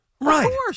right